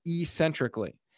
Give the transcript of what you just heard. eccentrically